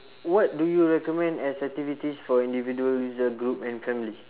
what do you recommend as activities for individuals group and family